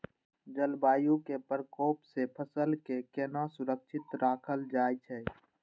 जलवायु के प्रकोप से फसल के केना सुरक्षित राखल जाय छै?